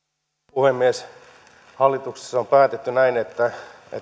puhemies hallituksessa on päätetty että